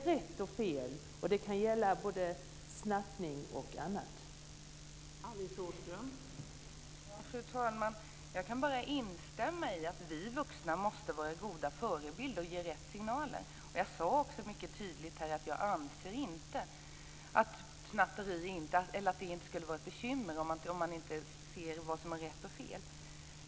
Jag sade också mycket tydligt här att jag inte anser att det inte skulle vara ett bekymmer om man inte ser vad som är rätt och fel.